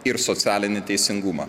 ir socialinį teisingumą